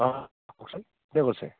অঁ কওকচোন কোনে কৈছে